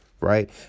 right